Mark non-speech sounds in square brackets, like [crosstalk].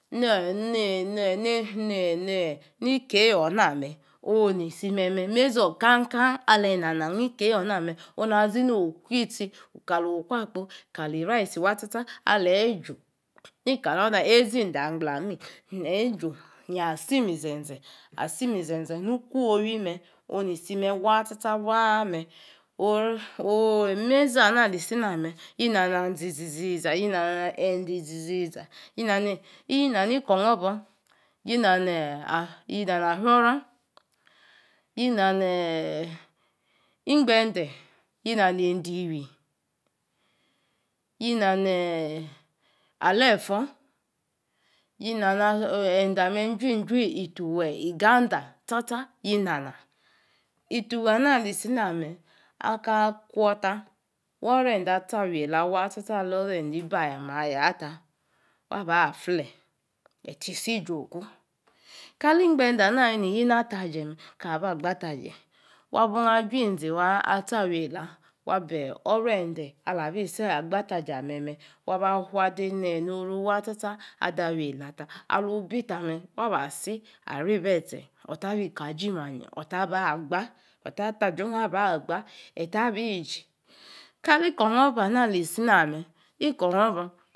Neni nene ni ne nii kei yi [unintelligible] on nu. tsa tsa waa me. oo oo' Meiza ana a li tsi na me’ yi na nang izizi ziza. yi na nende izizi ziza. Yi nani ikomobo, yi nana’ foro yi na ni eindiwi, yina ni ee’ ale for. Yi naa nende ame’ juijui. ituwe. iganda chacha yina nang. Ituwe ana ali tsi na me’ akah kwor ta. wawo nende atcha neeila wa cha cha ale'orende ibi aya me aya ta wa ba flue. eti si ijoku. Kali ingbede ana alei ni yi nataje me. kaa ba gba ataje. kaa ba gba ataje wa bung ajuinzi wang achi aweila. wa be’ ọrende alabi si agba-ataje ameme’ wa ba fua dei noru wa cha cha afua dei awi yeila ta waba asi ari- bi etse. Ota bi koor aji manyi ota ba agba. ita biji. Kali ikohobo ana alisi na-me; ironobo. [unintelligible]